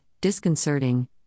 disconcerting